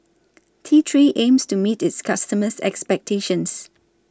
T three aims to meet its customers' expectations